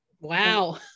wow